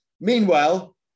Meanwhile